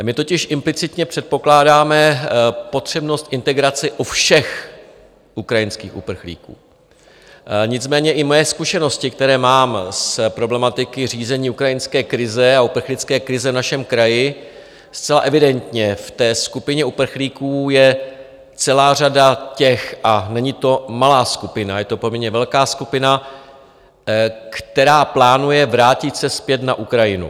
My totiž implicitně předpokládáme potřebnost integrace u všech ukrajinských uprchlíků, nicméně i moje zkušenosti, které mám z problematiky řízení ukrajinské krize a uprchlické krize v našem kraji, evidentně v té skupině uprchlíků je celá řada těch a není to malá skupina, je to poměrně velká skupina kteří plánují vrátit se zpět na Ukrajinu.